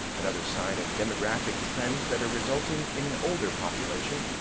another sign of demographic trends that are resulting in an older population.